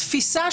התפיסה,